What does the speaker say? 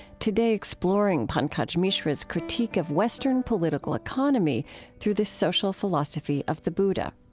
today, exploring pankaj mishra's critique of western political economy through the social philosophy of the buddha.